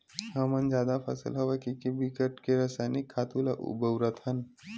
हमन जादा फसल होवय कहिके बिकट के रसइनिक खातू ल बउरत हन